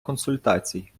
консультацій